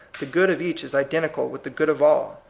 the good of each is identical with the good of all.